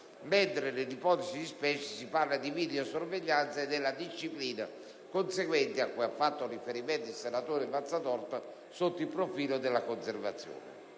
invece, si fa riferimento alla videosorveglianza e alla disciplina conseguente, cui ha fatto riferimento il senatore Mazzatorta, sotto il profilo della conservazione.